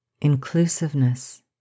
Inclusiveness